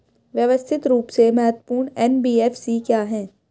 व्यवस्थित रूप से महत्वपूर्ण एन.बी.एफ.सी क्या हैं?